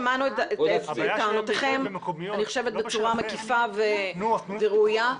שמענו את טענותיכם בצורה מקיפה וראויה.